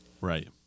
Right